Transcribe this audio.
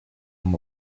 him